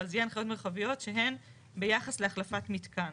אבל זה יהיה הנחיות מרחביות שהן ביחס להחלפת מתקן.